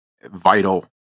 vital